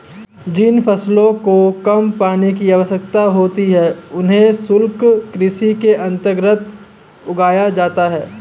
जिन फसलों को कम पानी की आवश्यकता होती है उन्हें शुष्क कृषि के अंतर्गत उगाया जाता है